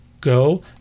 go